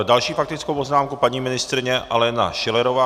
Další faktickou poznámku paní ministryně Alena Schillerová.